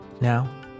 Now